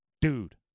dude